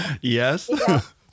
Yes